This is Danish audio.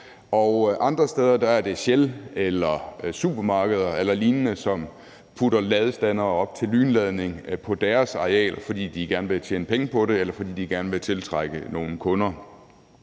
Andre steder er det Shell eller supermarkeder eller lignende, som sætter ladestandere op til lynladning på deres areal, fordi de gerne vil tjene penge på det, eller fordi de gerne vil tiltrække nogle kunder.